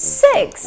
six